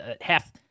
half